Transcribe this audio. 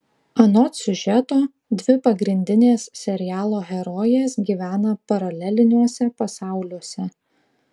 anot siužeto dvi pagrindinės serialo herojės gyvena paraleliniuose pasauliuose